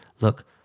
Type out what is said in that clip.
Look